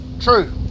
true